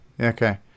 Okay